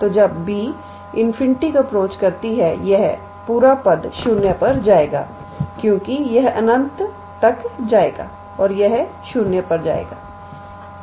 तो जब 𝐵 →∞ यह पूरा पद 0 पर जाएगा क्योंकि यह अनंत तक जाएगा और यह 0 पर जाएगा